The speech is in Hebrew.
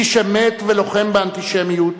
איש אמת ולוחם באנטישמיות,